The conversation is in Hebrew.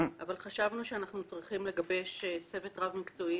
אבל חשבנו שאנחנו צריכים לגבש צוות רב מקצועי